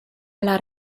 alle